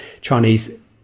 Chinese